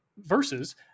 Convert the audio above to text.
versus